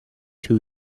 two